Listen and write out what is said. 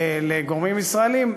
לגורמים ישראליים,